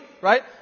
Right